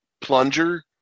plunger